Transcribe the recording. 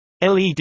LED